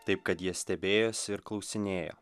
taip kad jie stebėjosi ir klausinėjo